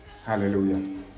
Hallelujah